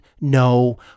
No